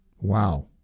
Wow